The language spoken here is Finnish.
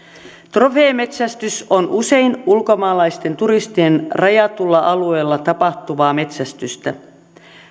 trofeemetsästys on usein ulkomaalaisten turistien rajatulla alueella tapahtuvaa metsästystä